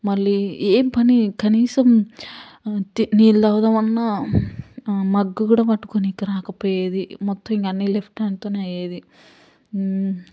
మళ్ళీ ఏ పనీ కనీసం నీళ్ళు తాగుదామన్నా మగ్గు కూడా పట్టుకోవడానికి రాకపోయేది మొత్తం ఇంక అన్నీ లెఫ్ట్ హ్యాండ్తోనే అయ్యేది